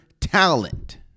talent